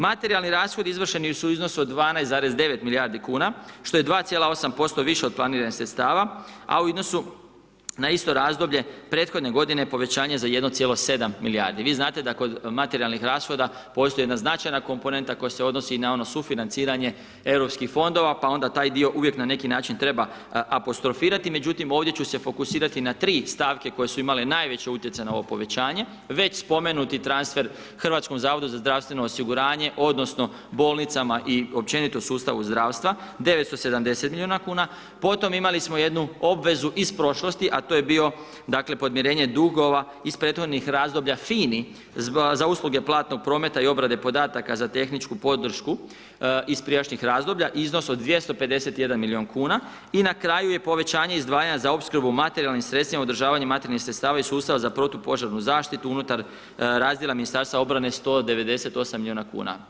Materijalni rashodi izvršeni su u iznosu od 12,9 milijardi kuna što je 2,8% više od planiranih sredstava, a u iznosu na isto razdoblje prethodne godine povećanje za 1,7 milijardi, vi znate da kod materijalnih rashoda postoji jedna značajna komponenta koja se odnosi i na ono sufinanciranje Europskih fondova pa onda taj dio uvijek na neki način treba apostrofirati, međutim ovdje ću se fokusirati na 3 stavke koje su imale najveći utjecaj na ovo povećanje, već spomenuti transfer HZZO-u odnosno bolnicama i općenito sustavu zdravstva 970 miliona kuna, potom imali smo jednu obvezu iz prošlosti, a to je bio dakle podmirenje dugova iz prethodnih razdoblja FINI za usluge platnog prometa i obrade podataka za tehničku podršku iz prijašnjih razdoblja iznos od 251 milion kuna i na kraju je povećanje izdvajanja za opskrbu materijalnim sredstvima, održavanje materijalnih sredstava i sustava za protupožarnu zaštitu unutar razdjela ministarstva obrane 198 miliona kuna.